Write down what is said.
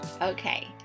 Okay